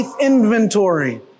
inventory